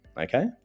Okay